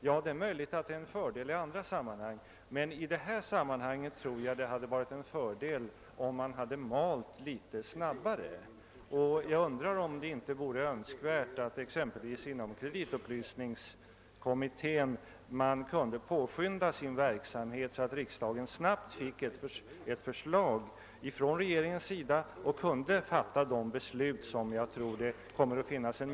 Ja, det är möjligt att det är en fördel i andra sammanhang, men i detta avseende tror jag att det hade varit önskvärt om t.ex. kreditupplysningskommittén hade kunnat påskynda sin verksamhet så att regeringen snabbt kunde framlägga ett förslag till riksdagen som kunde ligga till grund för ett beslut.